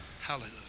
Hallelujah